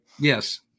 yes